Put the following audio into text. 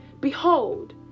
behold